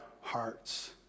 hearts